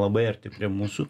labai arti prie mūsų